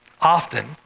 often